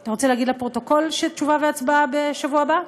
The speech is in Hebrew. אתה רוצה להגיד לפרוטוקול שתשובה והצבעה בשבוע הבא?